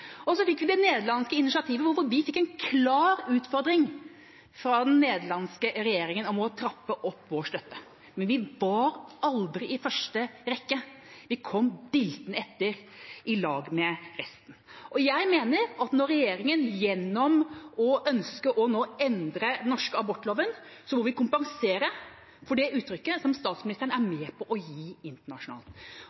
fikk vi det nederlandske initiativet, hvor vi fikk en klar utfordring fra den nederlandske regjeringa om å trappe opp vår støtte. Men vi var aldri i første rekke, vi kom diltende etter i lag med resten. Jeg mener at når regjeringa nå ønsker å endre den norske abortloven, må vi kompensere for det uttrykket som statsministeren er